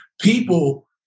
People